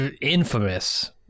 infamous